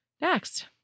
Next